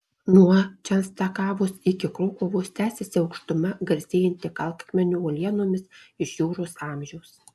nuo čenstakavos iki krokuvos tęsiasi aukštuma garsėjanti kalkakmenio uolienomis iš juros amžiaus